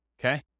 okay